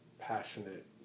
passionate